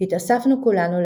"התאספנו כולנו,